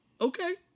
Okay